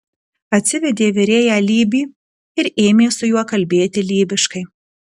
atsivedė virėją lybį ir ėmė su juo kalbėti lybiškai